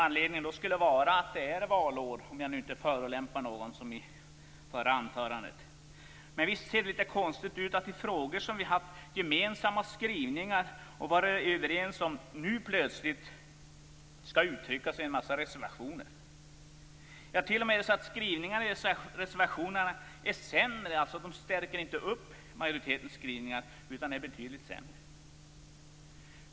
Anledningen är kanske att det är valår, om jag inte förolämpar någon genom att säga det, som i det förra anförandet. Men visst ser det litet konstigt ut att det nu skall uttryckas en massa reservationer i frågor där vi har haft gemensamma skrivningar och varit överens. Det är t.o.m. så att skrivningarna i reservationerna inte stärker upp majoritetens skrivningar utan är betydligt sämre.